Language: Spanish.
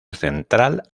central